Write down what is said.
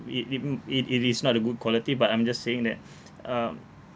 it didn't it it is not a good quality but I'm just saying that um